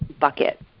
bucket